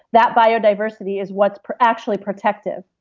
that biodiversity is what's actually protective